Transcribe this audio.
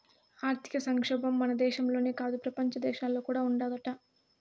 ఆర్థిక సంక్షోబం మన దేశంలోనే కాదు, పెపంచ దేశాల్లో కూడా ఉండాదట